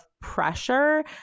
pressure